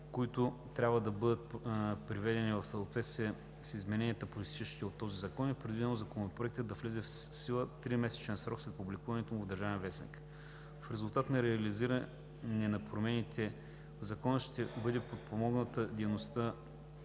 които трябва да бъдат приведени в съответствие с измененията, произтичащи от този закон, е предвидено Законопроектът да влезе в сила в тримесечен срок от публикуването му в „Държавен вестник”. В резултат на реализиране на промените в Закона ще бъде подпомогната дейността